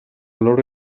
loro